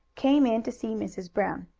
came in to see mrs. brown.